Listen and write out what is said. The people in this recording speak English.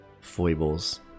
foibles